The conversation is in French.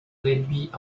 réduits